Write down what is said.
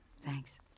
Thanks